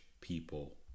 people